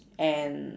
and